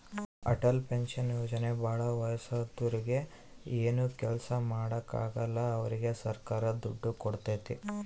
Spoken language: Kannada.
ಅಟಲ್ ಪೆನ್ಶನ್ ಯೋಜನೆ ಭಾಳ ವಯಸ್ಸಾದೂರಿಗೆ ಏನು ಕೆಲ್ಸ ಮಾಡಾಕ ಆಗಲ್ಲ ಅವ್ರಿಗೆ ಸರ್ಕಾರ ದುಡ್ಡು ಕೋಡ್ತೈತಿ